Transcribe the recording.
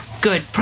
good